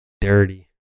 Dirty